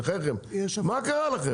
בחייכם, מה קרה לכם?